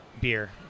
beer